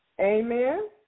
Amen